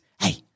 Hey